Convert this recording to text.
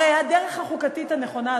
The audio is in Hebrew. הרי הדרך החוקתית הנכונה,